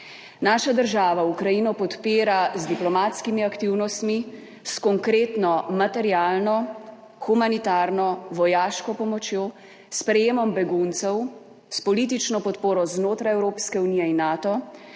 Naša država Ukrajino podpira z diplomatskimi aktivnostmi, s konkretno materialno, humanitarno, vojaško pomočjo, sprejemom beguncev, s politično podporo znotraj Evropske unije in Nato,